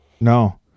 No